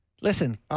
Listen